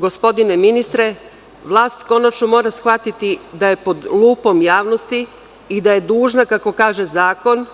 Gospodine ministre, vlast konačno mora shvatiti da je pod lupom javnosti i da je dužna, kako kaže zakon,